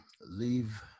leave